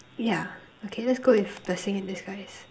yeah okay let's go with blessing in disguise